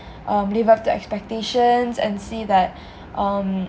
um live up to expectations and see that um